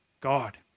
God